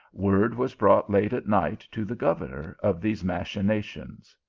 word was brought late at night to the governor, of these machinations.